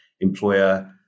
employer